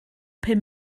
pum